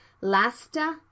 lasta